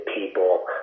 people